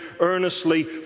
earnestly